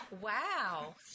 Wow